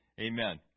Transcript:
Amen